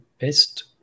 best